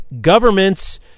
governments